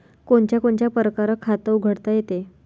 कोनच्या कोनच्या परकारं खात उघडता येते?